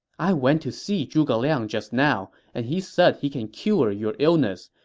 i went to see zhuge liang just now, and he said he can cure your illness.